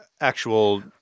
actual